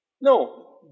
No